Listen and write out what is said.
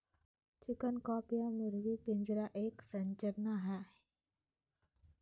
chicken coop या मुर्गी पिंजरा एक संरचना हई,